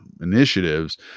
initiatives